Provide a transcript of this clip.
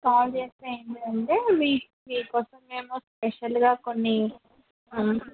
call చేస్తే ఏంటి అంటే మీ మీకు కోసం మేము స్పెషల్గా కొన్ని